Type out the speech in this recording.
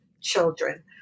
children